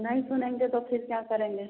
नहीं सुनेंगे तो फिर क्या करेंगे